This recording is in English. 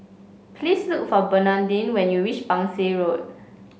please look for Bernadine when you reach Pang Seng Road